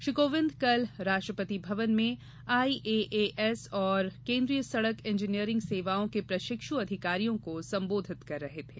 श्री कोविंद कल राष्ट्रपति भवन में आईएएएस और केन्द्रीय सड़क इंजीनियरिंग सेवाओं के प्रशिक्षु अधिकारियों को सम्बोधित कर रहे थे